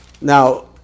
Now